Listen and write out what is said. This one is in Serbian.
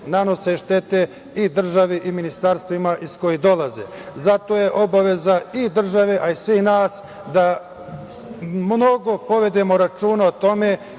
nanose štete i državi i ministarstvima iz kojih dolaze. Zato je obaveza i države, a i svih nas da mnogo povedemo računa o tome